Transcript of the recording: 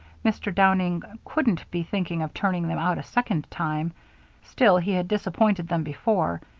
mr. downing couldn't be thinking of turning them out a second time still, he had disappointed them before,